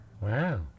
Wow